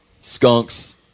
skunks